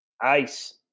Ice